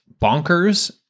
bonkers